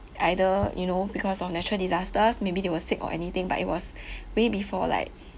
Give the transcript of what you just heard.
either you know because of natural disasters maybe they were sick or anything but it was way before like